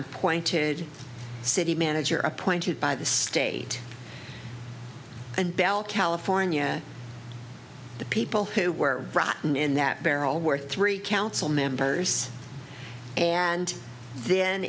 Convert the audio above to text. appointed city manager appointed by the state and bell california the people who were rotten in that barrel were three council members and then